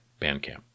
Bandcamp